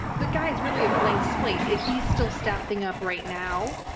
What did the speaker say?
the guy is really a blank slate. he's still staffing up right now,